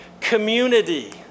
community